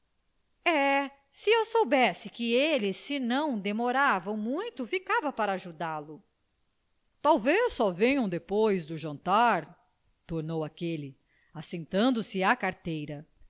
se eu soubesse que eles se não demoravam muito ficava para ajudá-lo talvez só venham depois do jantar tornou aquele assentando se à carteira